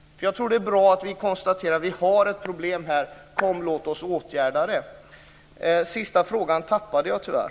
Det är bra att vi konstaterar att vi har ett problem. Kom och låt oss åtgärda det! Den sista frågan tappade jag tyvärr.